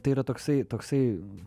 tai yra toksai toksai